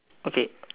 okay